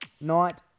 night